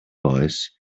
voice